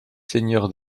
seigneur